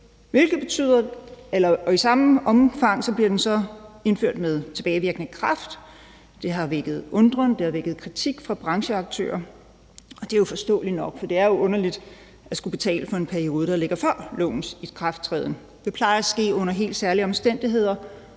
i samme omfang bliver den så indført med tilbagevirkende kraft. Det har vakt undren, det har vakt kritik fra brancheaktører, og det er jo forståeligt nok. For det er jo underligt at skulle betale for en periode, der ligger før lovens ikrafttræden. Det plejer at ske under helt særlige omstændigheder,